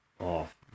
off